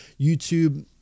YouTube